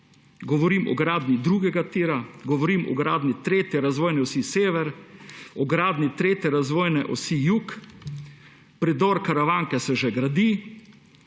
Govorim o gradnji drugega tira, govorim o gradnji 3. razvojne osi sever, o gradnji 3. razvojne osi jug, predor Karavanke se že gradi,